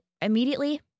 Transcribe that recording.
immediately